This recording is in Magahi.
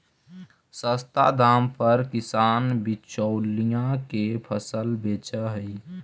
सस्ता दाम पर किसान बिचौलिया के फसल बेचऽ हइ